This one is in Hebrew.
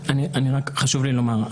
חשוב לי לומר.